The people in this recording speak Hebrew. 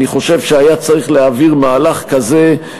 אני חושב שהיה צריך להעביר מהלך כזה,